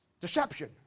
Deception